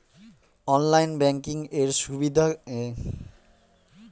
Online banking এর সুবিধে গুলি কি কারেন্ট অ্যাকাউন্টে পাওয়া যাবে?